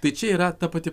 tai čia yra ta pati